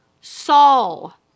Saul